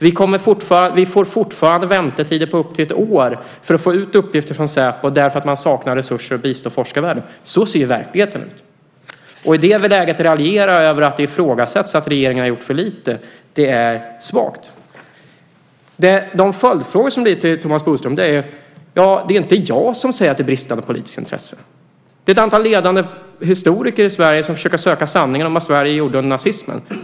De har fortfarande väntetider på upp till ett år för att få ut uppgifter från Säpo därför att man saknar resurser att bistå forskarvärlden. Så ser verkligheten ut. Det är svagt att i det läget raljera över att det ifrågasätts att regeringen har gjort för lite. Det är inte jag som säger att det är ett bristande politiskt intresse. Det är ett antal ledande historiker i Sverige som försöker söka sanningen om vad Sverige gjorde under nazismen.